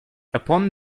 upon